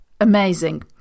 amazing